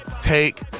take